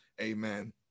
amen